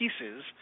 pieces